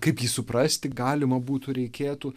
kaip jį suprasti galima būtų reikėtų